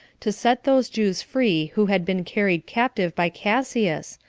to set those jews free who had been carried captive by cassius,